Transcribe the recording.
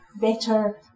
better